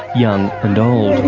young and old.